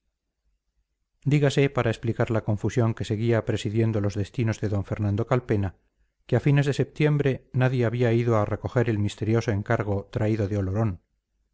dígase para explicar la confusión que seguía presidiendo los destinos de d fernando calpena que a fines de septiembre nadie había ido a recoger el misterioso encargo traído de olorón